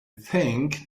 think